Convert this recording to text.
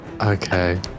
Okay